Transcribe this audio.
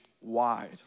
wide